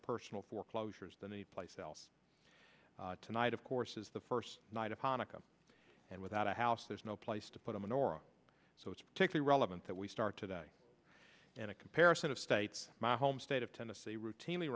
personal foreclosures than anyplace else tonight of course is the first night of hanukkah and without a house there's no place to put a menorah so it's particularly relevant that we start today in a comparison of states my home state of tennessee routinely